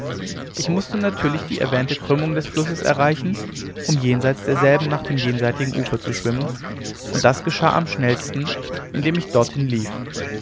ich mußte natürlich die erwähnte krümmung des flusses erreichen um jenseits derselben nach dem jenseitigen ufer zu schwimmen und das geschah am schnellsten indem ich dorthin lief